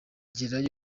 gare